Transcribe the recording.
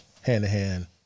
hand-to-hand